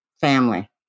Family